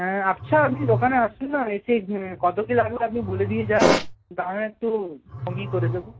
হ্যাঁ আচ্ছা আপনি দোকানে আসুন না এসে কত কী লাগবে আপনি বলে দিয়ে যান দাম একটু কমিয়ে করে দেবো